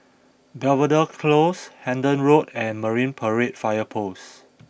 Belvedere Close Hendon Road and Marine Parade Fire Post